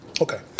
Okay